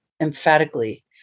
emphatically